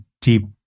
deep